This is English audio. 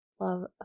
love